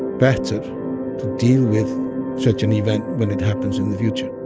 better to deal with such an event when it happens in the future